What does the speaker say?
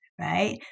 right